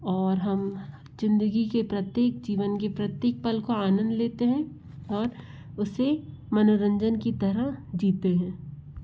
और हम ज़िंदगी के प्रत्येक जीवन की प्रत्येक पल को आनंद लेते हैं और उसे मनोरंजन की तरह जीते हैं